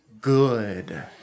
good